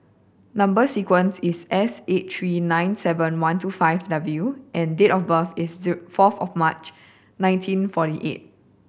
number sequence is S eight three nine seven one two five W and date of birth is fourth of March nineteen forty eight